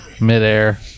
midair